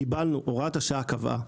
קיבלנו, הוראת השעה קבעה